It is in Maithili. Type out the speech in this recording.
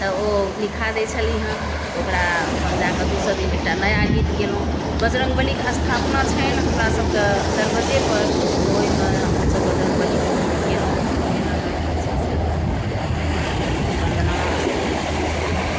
तऽ ओ लिखा दै छलीह हैं ओकरा अपन जाकऽ दोसर दिन एकटा नया गीत गयलहुँ बजरङ्ग बलीके स्थापना छन्हि हमरा सभके दरवज्जेपर तऽ ओहिमे हम सभ बजरङ्ग बलीके गीत गयलहुँ विभिन्न रङ्गक जे छै से अपन बन्दना स्तुति कयलहुँ